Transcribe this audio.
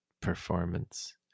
performance